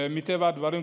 ומטבע הדברים,